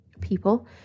people